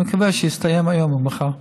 אני מקווה שיסתיים היום או מחר.